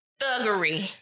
thuggery